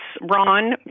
Ron